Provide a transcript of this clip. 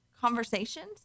conversations